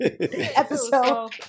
episode